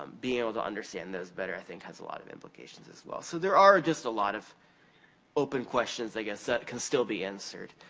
um being able to understand those better, i think, has a lot of implications as well. so, there are just a lot of open questions, i guess, that can still be answered.